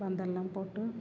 பந்தலெல்லாம் போட்டு